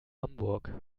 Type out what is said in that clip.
hamburg